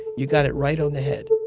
you got it right on the head